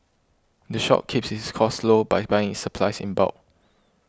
the shop keeps its costs low by buying its supplies in bulk